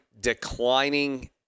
declining